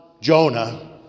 Jonah